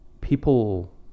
people